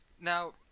Now